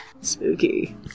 Spooky